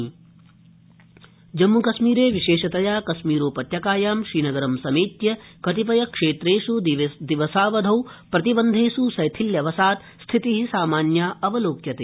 जम्मुकश्मीरस्थिति जम्मूकश्मीरे विशेषतया कश्मीरोपत्यकायां श्रीनगरं समेत्य कपिपयक्षेत्रेष् दिवसावधौ प्रतिबन्धेष् शैथिल्यवशात् स्थिति सामान्या अवलोक्यते